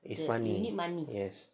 is money yes